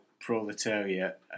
proletariat